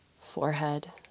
forehead